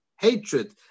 hatred